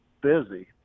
busy